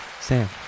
Sam